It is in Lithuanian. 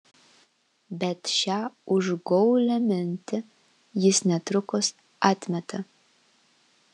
bet šią užgaulią mintį jis netrukus atmeta